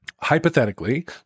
hypothetically